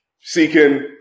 seeking